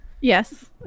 yes